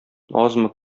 азмы